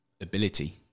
ability